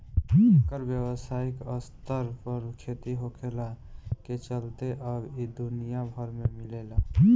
एकर व्यावसायिक स्तर पर खेती होखला के चलते अब इ दुनिया भर में मिलेला